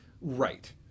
Right